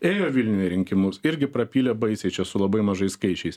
ėjo vilniuje rinkimus irgi prapylė baisiai čia su labai mažais skaičiais